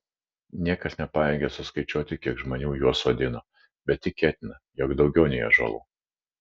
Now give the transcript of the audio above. niekas nepajėgė suskaičiuoti kiek žmonių juos sodino bet tikėtina jog daugiau nei ąžuolų